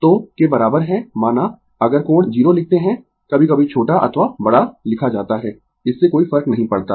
तो के बराबर है माना अगर कोण 0 लिखते है कभी कभी छोटा अथवा बड़ा लिखा जाता है इससे कोई फर्क नहीं पड़ता यह है